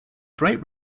bright